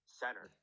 center